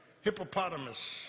Hippopotamus